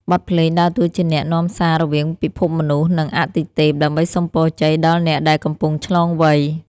បទភ្លេងដើរតួជាអ្នកនាំសាររវាងពិភពមនុស្ស និងអាទិទេព ដើម្បីសុំពរជ័យដល់អ្នកដែលកំពុងឆ្លងវ័យ។